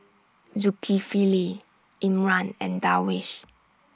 Zulkifli Imran and Darwish